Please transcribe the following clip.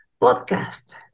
podcast